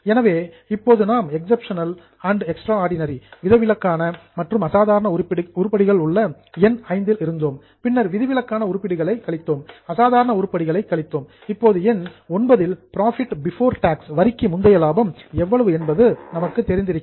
எனவே இப்போது நாம் எக்சப்ஷனல் அண்ட் எக்ஸ்ட்ராடினரி விதிவிலக்கான மற்றும் அசாதாரண உருப்படிகள் உள்ள எண் V இல் இருந்தோம் பின்னர் விதிவிலக்கான உருப்படிகளை கழித்தோம் அசாதாரண உருப்படிகளை கழித்தோம் இப்போது எண் IX இல் புரோஃபிட் பிபோர் டாக்ஸ் வரிக்கு முந்தைய லாபம் எவ்வளவு என்பது நமக்கு கிடைக்கும்